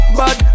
bad